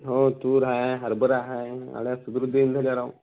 हो तूर आहे हरभरा आहे आल्या राव